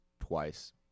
twice